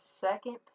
second